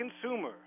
consumer